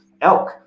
elk